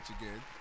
again